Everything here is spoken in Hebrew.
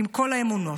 עם כל האמונות,